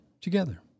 Together